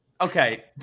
Okay